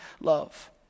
love